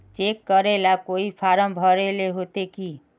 Cheque करेला कोई form भरेले होते की?